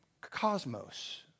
cosmos